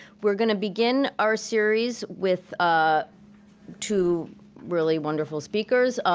we're gonna begin our series with ah two really wonderful speakers,